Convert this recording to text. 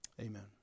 Amen